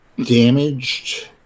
damaged